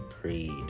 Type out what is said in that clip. creed